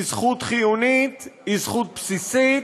היא זכות חיונית, היא זכות בסיסית,